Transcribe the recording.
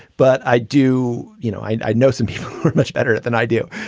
but i do you know, i know some people work much better than i do.